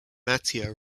matteo